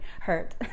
hurt